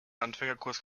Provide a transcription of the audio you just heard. anfängerkurs